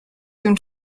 tym